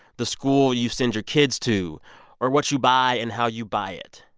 the school you send your kids to or what you buy and how you buy it.